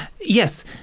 Yes